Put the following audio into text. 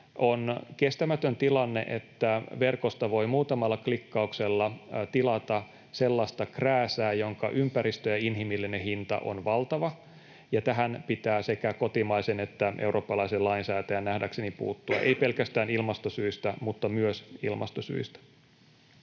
On kestämätön tilanne, että verkosta voi muutamalla klikkauksella tilata sellaista krääsää, jonka ympäristö- ja inhimillinen hinta on valtava, ja tähän pitää sekä kotimaisen että eurooppalaisen lainsäätäjän nähdäkseni puuttua, ei pelkästään ilmastosyistä mutta myös ilmastosyistä.